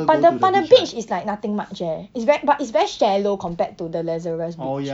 but the but the beach is like nothing much eh it's very but it's very shallow compared to the lazarus beach